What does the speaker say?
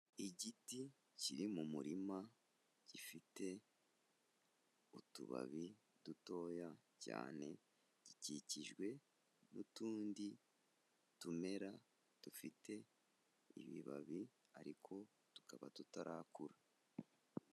Igiti kiri mu murima gifite utubabi dutoya cyane, gikikijwe n'utundi tumera dufite ibibabi ariko tukaba tutarakura.